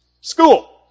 school